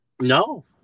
No